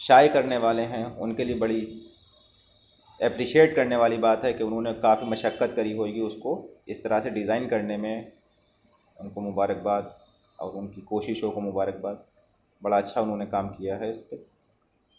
شائع کرنے والے ہیں ان کے لیے بڑی ایپریشیٹ کرنے والی بات ہے کیونکہ انہوں نے کافی مشقت کری ہوئے گی اس کو اس طرح سے ڈیزائین کرنے میں ان کو مبارک باد اور ان کی کوششوں کو مبارک باد بڑا اچھا انہوں نے کام کیا ہے اس پہ